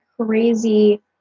crazy